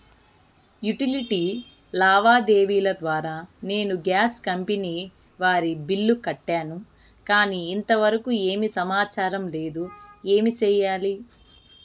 Utility లావాదేవీల ద్వారా నేను గ్యాస్ కంపెని వారి బిల్లు కట్టాను కానీ ఇంతవరకు ఏమి సమాచారం లేదు, ఏమి సెయ్యాలి?